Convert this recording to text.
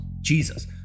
Jesus